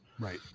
Right